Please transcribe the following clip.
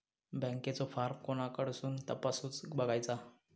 बँकेचो फार्म कोणाकडसून तपासूच बगायचा?